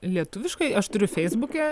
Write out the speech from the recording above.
lietuviškai aš turiu feisbuke